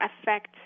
affect